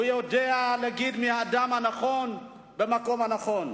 הוא יודע להגיד מי האדם הנכון במקום הנכון.